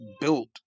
built